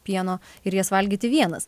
pieno ir jas valgyti vienas